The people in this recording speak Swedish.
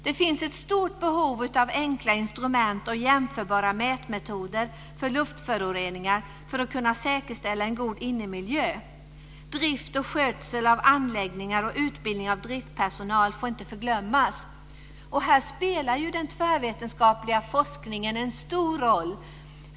Det finns ett stort behov av enkla instrument och jämförbara mätmetoder för luftföroreningar för att kunna säkerställa en god innemiljö. Drift och skötsel av anläggningar samt utbildning av driftpersonal får inte förglömmas. Här spelar den tvärvetenskapliga forskningen en stor roll.